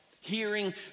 hearing